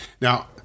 Now